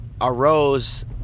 arose